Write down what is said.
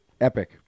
Epic